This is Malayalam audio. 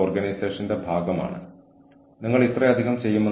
ജീവനക്കാർക്ക് സ്ഥാപനത്തോട് പ്രതിബദ്ധത തോന്നുന്നു